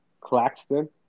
Claxton